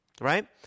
Right